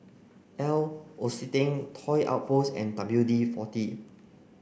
L'Occitane Toy Outpost and W D forty